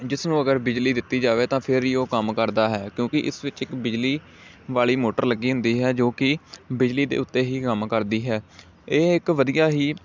ਜਿਸ ਨੂੰ ਅਗਰ ਬਿਜਲੀ ਦਿੱਤੀ ਜਾਵੇ ਤਾਂ ਫਿਰ ਹੀ ਓਹ ਕੰਮ ਕਰਦਾ ਹੈ ਕਿਉਂਕਿ ਇਸ ਵਿੱਚ ਇੱਕ ਬਿਜਲੀ ਵਾਲੀ ਮੋਟਰ ਲੱਗੀ ਹੁੰਦੀ ਹੈ ਜੋ ਕਿ ਬਿਜਲੀ ਦੇ ਉੱਤੇ ਹੀ ਕੰਮ ਕਰਦੀ ਹੈ ਇਹ ਇੱਕ ਵਧੀਆ ਹੀ